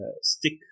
stick